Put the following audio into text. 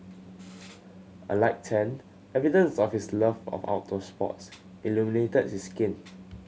a light tan evidence of his love of outdoor sports illuminated his skin